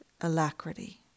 alacrity